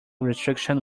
restriction